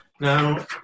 Now